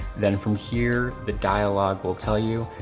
then from here, the dialog will tell you,